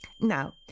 Now